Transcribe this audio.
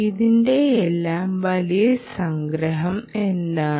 ഇതിന്റെയെല്ലാം വലിയ സംഗ്രഹം എന്താണ്